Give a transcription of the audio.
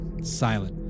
silent